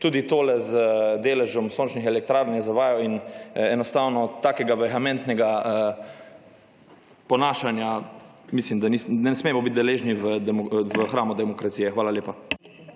Tudi tole z deležem sončnih elektrarn je zavajal in enostavno takega vehementnega ponašanja mislim, da ne smemo biti deležni v hramu demokracije. Hvala lepa.